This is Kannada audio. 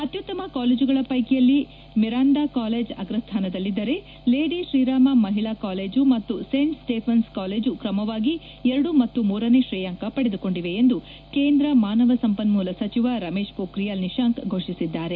ಅತ್ಸುತ್ತಮ ಕಾಲೇಜುಗಳ ವೈಕಿಯಲ್ಲಿ ಮಿರಾಂದಾ ಕಾಲೇಜ್ ಅಗ್ರ ಸ್ಥಾನದಲ್ಲಿದ್ದರೆ ಲೇಡಿ ಶ್ರೀರಾಮ ಮಹಿಳಾ ಕಾಲೇಜು ಮತ್ತು ಸೆಂಟ್ ಸ್ಟೇಫೆನ್ಸ್ ಕಾಲೇಜು ಕ್ರಮವಾಗಿ ಎರಡು ಮತ್ತು ಮೂರನೇ ಶ್ರೇಯಾಂಕ ಪಡೆದುಕೊಂಡಿವೆ ಎಂದು ಕೇಂದ್ರ ಮಾನವ ಸಂಪನ್ನೂಲ ಸಚಿವ ರಮೇಶ್ ಪೊಖ್ರಿಯಾಲ್ ನಿಶಾಂಕ್ ಘೋಷಿಸಿದ್ದಾರೆ